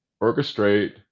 orchestrate